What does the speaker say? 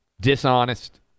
Dishonest